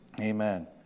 Amen